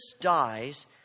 dies